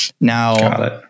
Now